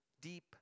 Deep